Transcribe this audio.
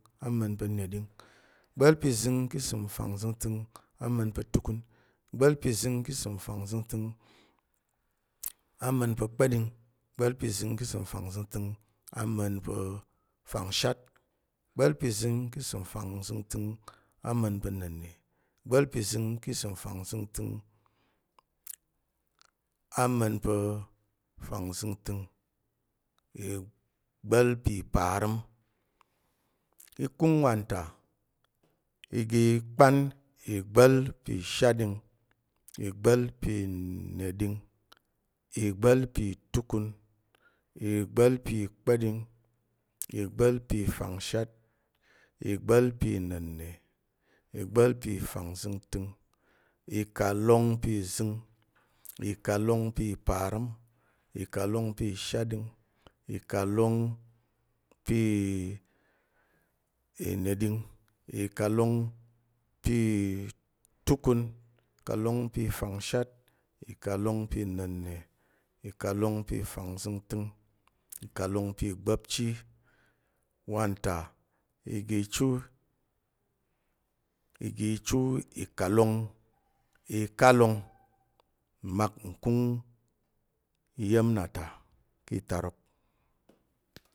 Ama̱n pa̱ neɗing, igba̱l pi zəng ki isəm fangzəngtəng ama̱n pa̱ tukun, igba̱l pi zəng ki isəm fangzəngtəng ama̱n pa̱ kpa̱ɗing, igba̱l pi zəng ki isəm fangzəngtəng ama̱n pa̱ fangshat, igba̱l pi zəng ki isəm fangzəngtəng ama̱n pa̱ na̱nne, igba̱l pi zəng ki isəm fangzəngtəng ama̱n pa̱ fangzəngtəng, igba̱l pi parəm. I kung wanta iga i kpan igba̱l pi shatɗing, igba̱l pi neɗing, igba̱l pi tukun, igba̱l pi kpa̱ɗing, igba̱l pi fangshat, igba̱l pi na̱nne, igba̱l pi fangzəngtəng, ikalong pi zəng, ikalong pi parəm, ikalong pi shatɗing, ikalong pi neɗing, ikalong pi tukun, ikalong pi kpa̱ɗing, ikalong pi fangshat, ikalong pi na̱nne, ikalong pi fangzəngtəng, ikalong pi gba̱pchi. Wanta iga ichu ìkalong ikalong mmak nkung iya̱m na ta ki itarok